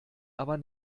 aber